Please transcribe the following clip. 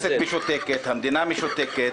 הכנסת משותקת, המדינה משותקת,